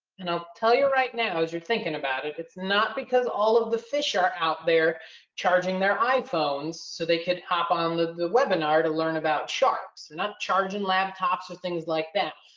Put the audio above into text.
and i'll tell you right now, as you're thinking about it, it's not because all of the fish are out there charging their iphones so they can hop um on the webinar to learn about sharks, their not charging laptops or things like that.